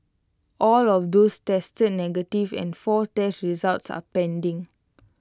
all of those tested negative and four test results are pending